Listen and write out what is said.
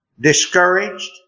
discouraged